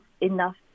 enough